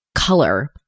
color